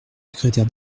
secrétaire